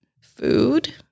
food